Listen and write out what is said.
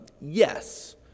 Yes